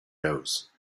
nose